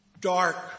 dark